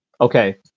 okay